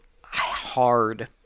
hard